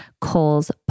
Cole's